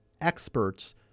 experts